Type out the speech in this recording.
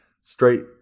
straight